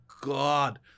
God